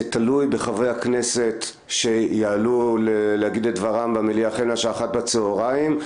זה תלוי בחברי הכנסת שיעלו להגיד את דברם במליאה החל מ-13:00 בצהריים.